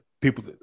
people